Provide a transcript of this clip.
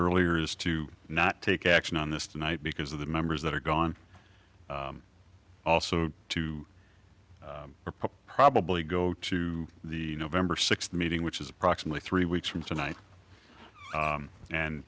earlier is to not take action on this tonight because of the members that are gone also to probably go to the november sixth meeting which is approximately three weeks from tonight